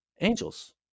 angels